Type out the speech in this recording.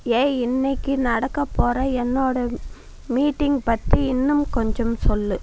ஏய் இன்னிக்கி நடக்கப் போகிற என்னோட மீட்டிங் பற்றி இன்னும் கொஞ்சம் சொல்